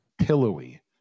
pillowy